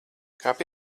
kāp